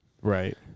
Right